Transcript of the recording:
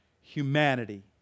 humanity